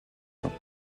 mains